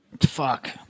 Fuck